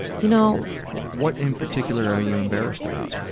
you know what in particular are you embarrassed about?